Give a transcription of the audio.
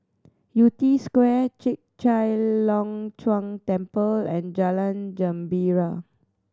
Yew Tee Square Chek Chai Long Chuen Temple and Jalan Gembira